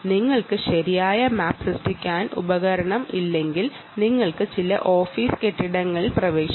നിങ്ങൾക്ക് ശരിയായ മാപ്പ് ഇല്ലെങ്കിൽ നിങ്ങൾ മറ്റു ചില ഓഫീസ് കെട്ടിടങ്ങളിൽ പ്രവേശിക്കാം